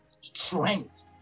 Strength